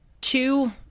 two